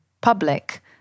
public